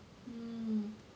hmm